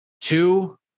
Two